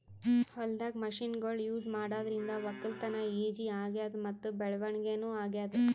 ಹೊಲ್ದಾಗ್ ಮಷಿನ್ಗೊಳ್ ಯೂಸ್ ಮಾಡಾದ್ರಿಂದ ವಕ್ಕಲತನ್ ಈಜಿ ಆಗ್ಯಾದ್ ಮತ್ತ್ ಬೆಳವಣಿಗ್ ನೂ ಆಗ್ಯಾದ್